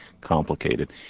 complicated